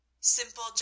Simple